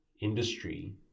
industry